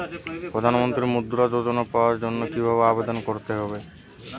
প্রধান মন্ত্রী মুদ্রা যোজনা পাওয়ার জন্য কিভাবে আবেদন করতে হবে?